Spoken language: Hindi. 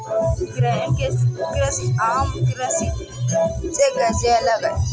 गहन कृषि आम कृषि से कैसे अलग है?